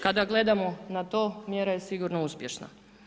Kada gledamo na to, mjera je sigurno uspješna.